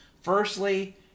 Firstly